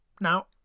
now